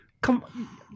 come